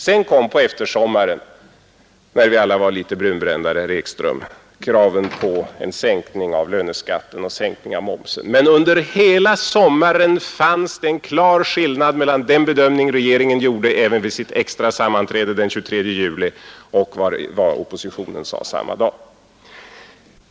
Sedan kom på eftersommaren — när vi alla var litet brunbrändare, herr Ekström — kraven på en sänkning av löneskatten och sänkning av momsen. Men under hela sommaren fanns det en klar skillnad mellan den bedömning regeringen gjorde — även vid sitt extra sammanträde den 23 juli — och vad oppositionen sade samma dag och andra dagar.